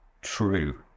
true